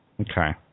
Okay